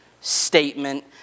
statement